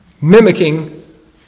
mimicking